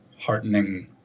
heartening